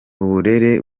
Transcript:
uburere